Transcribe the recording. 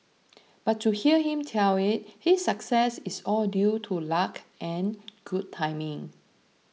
but to hear him tell it his success is all due to luck and good timing